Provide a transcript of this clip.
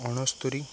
ଅଣସ୍ତୋରି